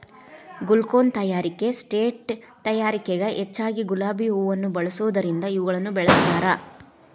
ಗುಲ್ಕನ್ ತಯಾರಿಕೆ ಸೇಂಟ್ ತಯಾರಿಕೆಗ ಹೆಚ್ಚಗಿ ಗುಲಾಬಿ ಹೂವುನ ಬಳಸೋದರಿಂದ ಇವುಗಳನ್ನ ಬೆಳಸ್ತಾರ